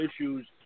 issues